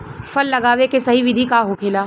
फल लगावे के सही विधि का होखेला?